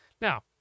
Now